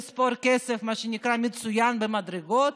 לספור כסף מצוין במדרגות,